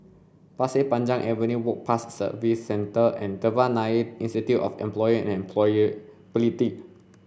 Pasir Panjang Avenue Work Pass Services Centre and Devan Nair Institute of Employment and Employability